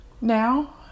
now